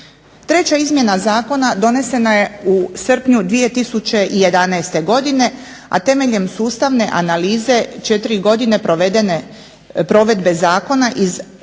Treća izmjena zakona donesena je u srpnju 2011. godine, a temeljem sustavne analize 4 godine provedbe zakona uz